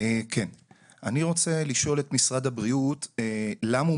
אני רוצה לשאול את משרד הבריאות למה הוא